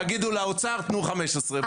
תגידו לאוצר תנו 15. בבקשה.